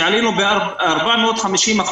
שעלינו ב-450%.